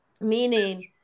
Meaning